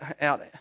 out